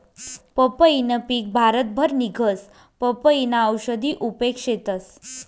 पंपईनं पिक भारतभर निंघस, पपयीना औषधी उपेग शेतस